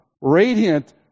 radiant